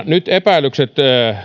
nyt epäilykset